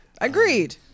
Agreed